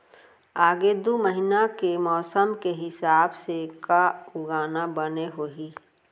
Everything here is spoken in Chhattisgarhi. आगे दू महीना के मौसम के हिसाब से का उगाना बने होही?